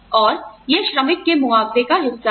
और यह श्रमिक के मुआवजे का हिस्सा है